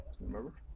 Remember